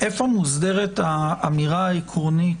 איפה מוסדרת האמירה העקרונית,